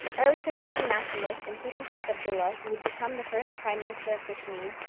early kashmiri nationalists including sheikh abdullah, who would become the first prime minister of kashmir,